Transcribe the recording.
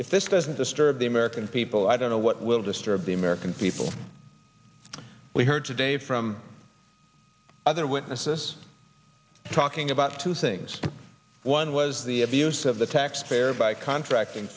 if this doesn't disturb the american people i don't know what will disturb the american people we heard today from other witnesses talking about two things one was the abuse of the taxpayer by contracting